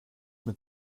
mit